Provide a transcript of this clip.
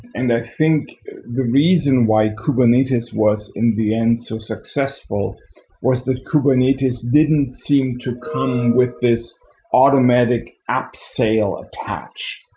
and i think the reason why kubernetes was in the end so successful was that kubernetes didn't seem to come with this automatic up-sale attached.